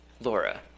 Laura